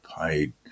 paid